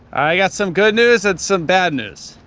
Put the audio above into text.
i got some good news and some bad news.